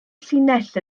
llinell